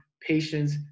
patience